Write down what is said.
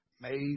made